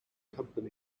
company